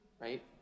Right